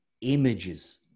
images